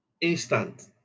instant